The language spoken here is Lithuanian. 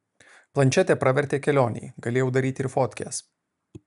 plančetė pravertė kelionėj galėjau daryti ir fotkes